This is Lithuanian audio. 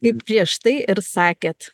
kaip prieš tai ir sakėt